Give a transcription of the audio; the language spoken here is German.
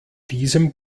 diesem